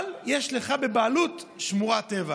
אבל יש לך בבעלות שמורת טבע.